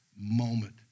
moment